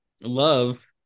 love